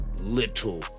little